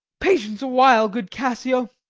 patience awhile, good cassio